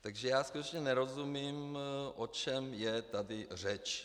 Takže já skutečně nerozumím, o čem je tady řeč.